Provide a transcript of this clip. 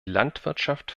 landwirtschaft